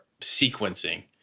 sequencing